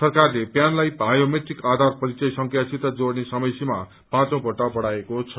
सरकारले प्यानलाई बायोमेट्रिक आधार परिचय संख्यासित जोड़ने समयसीमा पाँचौ पल्ट बढ़ाएको छ